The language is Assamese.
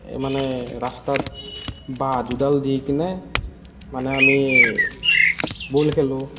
মানে ৰাস্তাত বাঁহ দুডাল দি কেনে মানে আমি বল খেলোঁ